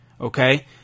okay